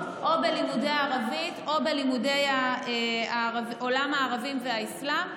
או בלימודי הערבית או בלימודי עולם הערבים והאסלאם.